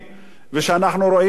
ואנחנו רואים את זה.